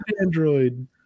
Android